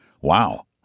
Wow